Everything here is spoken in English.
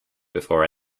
before